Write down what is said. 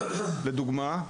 לדוגמה,